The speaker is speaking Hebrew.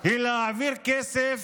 היא להעביר כסף